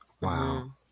wow